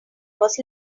was